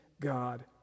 God